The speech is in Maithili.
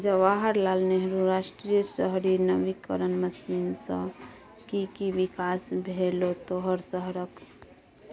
जवाहर लाल नेहरू राष्ट्रीय शहरी नवीकरण मिशन सँ कि कि बिकास भेलौ तोहर शहरक?